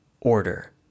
order